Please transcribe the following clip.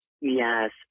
Yes